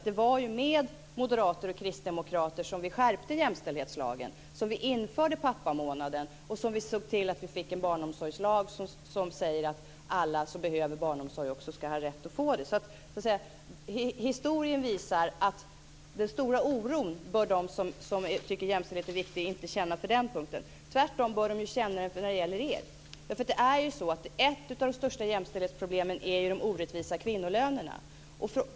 Det var ju med moderater och kristdemokrater som vi skärpte jämställdhetslagen, som vi införde pappamånaden och som vi såg till att vi fick en barnomsorgslag som säger att alla som behöver barnomsorg också ska ha rätt att få det. Historien visar att den stora oron bör de som tycker att jämställdhet är viktig inte känna på den punkten. Tvärtom bör de känna oro när det gäller er. Ett av de största jämställdhetsproblemen är ju de orättvisa kvinnolönerna.